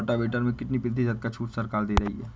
Rotavator में कितनी प्रतिशत का छूट सरकार दे रही है?